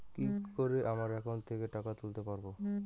কি করে আমার একাউন্ট থেকে টাকা তুলতে পারব?